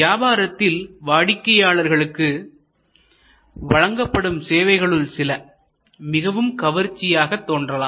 வியாபாரத்தில் வாடிக்கையாளர்களுக்கு வழங்கப்படும் சேவைகளுள் சில மிகவும் கவர்ச்சியாக தோன்றலாம்